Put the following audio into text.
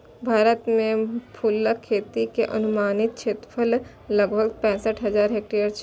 भारत मे फूलक खेती के अनुमानित क्षेत्रफल लगभग पैंसठ हजार हेक्टेयर छै